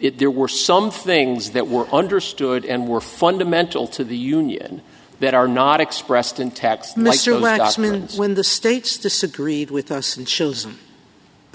there were some things that were understood and were fundamental to the union that are not expressed in tax nice or last minute when the states disagreed with us and shows